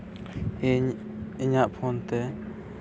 ᱤᱧ ᱤᱧᱟᱹᱜ ᱯᱷᱳᱱ ᱛᱮ